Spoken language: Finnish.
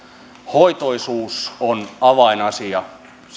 hoitoisuus on avainasia silloin